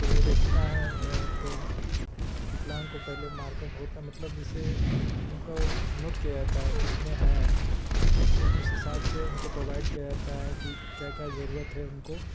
तो वो देखता है तो विकलांग को पहले मार कप होता मतलब जिससे उनका वो नोट किया जाता है कितने हैं फिर उस हिसाब से उनको प्रोवाइड किया जाता है कि क्या क्या जरूरत है उनको